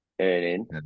earning